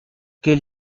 quel